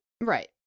Right